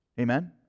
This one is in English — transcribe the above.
Amen